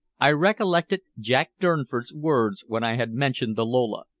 i recollected jack durnford's words when i had mentioned the lola.